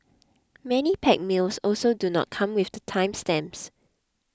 many packed meals also do not come with time stamps